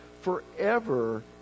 forever